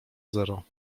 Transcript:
zero